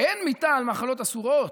אין מיתה על מאכלות אסורות.